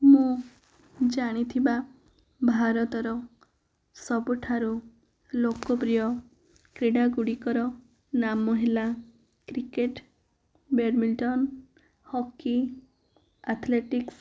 ମୁଁ ଜାଣିଥିବା ଭାରତର ସବୁଠାରୁ ଲୋକପ୍ରିୟ କ୍ରୀଡା ଗୁଡିକର ନାମ ହେଲା କ୍ରିକେଟ୍ ବ୍ୟାଡମିଣ୍ଟନ ହକି ଆଥଲେଟିକ୍ସ